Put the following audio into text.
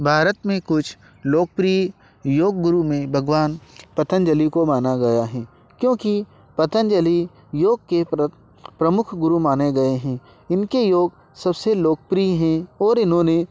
भारत में कुछ लोकप्रिय योगगुरु में भगवान पतंजलि को माना गया है क्योंकि पतंजलि योग के प्रमुख गुरु माने गए हैं इनके योग सबसे लोकप्रिय है और इन्होंने